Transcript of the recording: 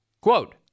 Quote